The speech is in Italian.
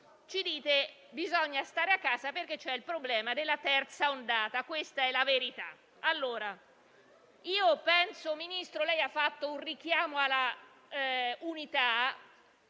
- e che bisogna stare a casa, perché c'è il problema della terza ondata. Questa è la verità. Signor Ministro, ha fatto un richiamo all'unità